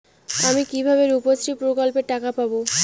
আমি কিভাবে রুপশ্রী প্রকল্পের টাকা পাবো?